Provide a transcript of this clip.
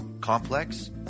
Complex